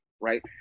right